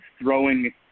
throwing